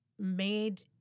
made